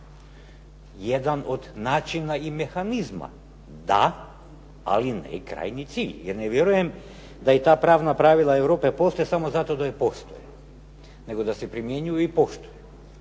Jedan od načina i mehanizma da, ali ne i krajnji cilj jer ne vjerujem da i ta pravna pravila Europe postoje samo zato da postoje, nego da se primjenjuju i poštuju.